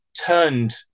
turned